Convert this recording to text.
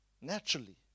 Naturally